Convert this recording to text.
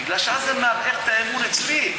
מפני שאז זה מערער את האמון אצלי.